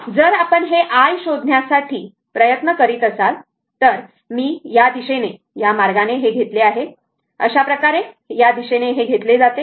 जर आपण हे I शोधण्यासाठी प्रयत्न करीत असाल तर मी या दिशेने या मार्गाने घेतला आहे अशा प्रकारे दिशेने घेतले जाते